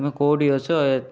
ତୁମେ କେଉଁଠି ଅଛ